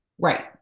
Right